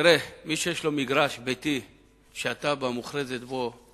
מי שיש לו מגרש ביתי והתב"ע מוכרזת בו,